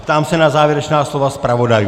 Ptám se na závěrečná slova zpravodajů.